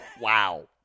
Wow